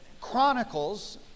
Chronicles